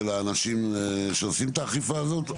של אנשים שעושים את אכיפה הזאת?